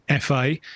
FA